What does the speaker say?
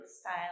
style